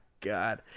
God